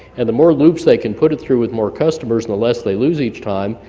and the more loops they can put it through with more customers, and the less they lose each time,